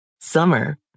Summer